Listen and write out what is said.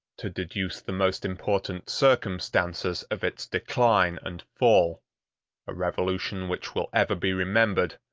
to deduce the most important circumstances of its decline and fall a revolution which will ever be remembered,